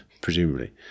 presumably